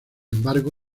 embargo